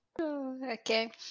Okay